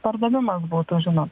pardavimas būtų žinot